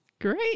great